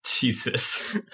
Jesus